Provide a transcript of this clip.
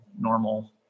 normal